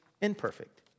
imperfect